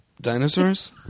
Dinosaurs